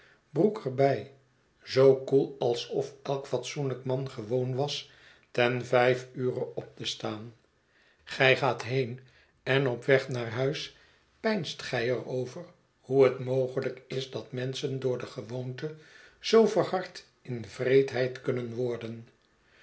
er bij zoo koel alsof elk fatsoenlijk man gewoon was ten vijf ure op te staan gij gaat heen en op weg naar huis peinst gij er over hoe het mogelijk is dat menschen door de gewoonte zoo verhard in wreedheid kunnen worden